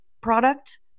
product